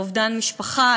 לאובדן משפחה,